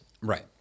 Right